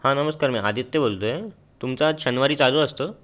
हा नमस्कार मी आदित्य बोलतोय तुमचं आज शनिवारी चालू असतं